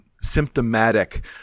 symptomatic